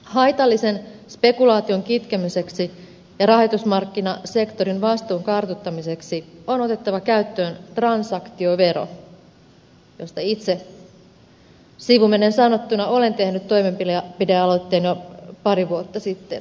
haitallisen spekulaation kitkemiseksi ja rahoitusmarkkinasektorin vastuun kartoittamiseksi on otettava käyttöön transaktiovero josta itse sivumennen sanottuna olen tehnyt toimenpidealoitteen jo yli kaksi vuotta sitten